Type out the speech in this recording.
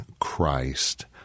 Christ